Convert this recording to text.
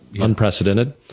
unprecedented